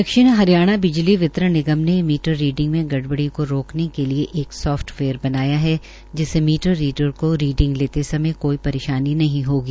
दक्षिण हरियाणा बिजली वितरण निगम ने मीटर रीडिंग में गड़बडी को रोकने के लिए एक सोफ्टवेयर बनाया है जिससे मीटर रीडर को रीडिग़ लेते समय कोई परेशानी नहीं होगी